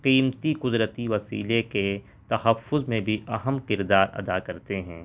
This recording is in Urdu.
قیمتی قدرتی وسیلے کے تحفظ میں بھی اہم کردار ادا کرتے ہیں